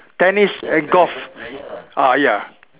tennis and golf ah ya